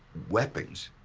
weapons.